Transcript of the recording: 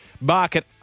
market